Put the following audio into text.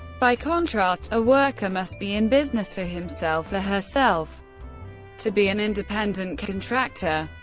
by contrast, a worker must be in business for himself or herself to be an independent contractor.